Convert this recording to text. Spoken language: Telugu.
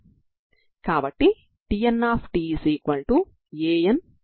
కాబట్టి ఇది నాకు TntAncos 2n1πc2L tBnsin 2n1πc2L t ని ఇస్తుంది